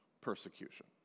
persecution